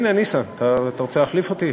הנה ניסן, אתה רוצה להחליף אותי?